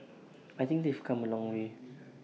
I think they've come A long way